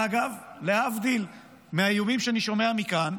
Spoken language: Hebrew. ואגב, להבדיל מהאיומים שאני שומע מכאן,